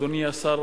אדוני השר,